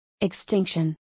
extinction